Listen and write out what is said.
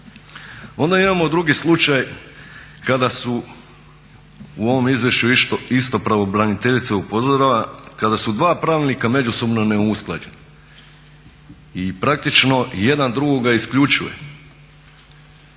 Onda imamo drugi slučaj kada su u ovom izvješću isto pravobraniteljica upozorava, kada su dva pravnika međusobno neusklađena i praktično jedan drugoga isključuje,